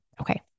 Okay